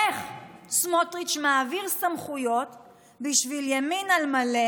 איך סמוטריץ' מעביר סמכויות בשביל ימין על מלא,